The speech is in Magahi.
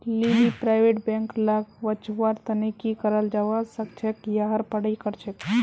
लीली प्राइवेट बैंक लाक बचव्वार तने की कराल जाबा सखछेक यहार पढ़ाई करछेक